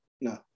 no